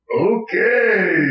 Okay